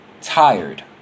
tired